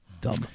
Dumb